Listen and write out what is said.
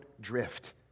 drift